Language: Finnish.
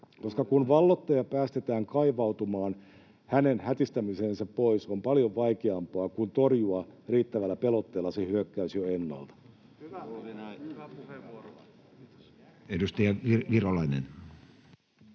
Koska kun valloittaja päästetään kaivautumaan, hänen hätistämisensä pois on paljon vaikeampaa kuin torjua riittävällä pelotteella se hyökkäys jo ennalta.